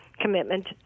commitment